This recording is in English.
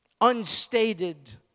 unstated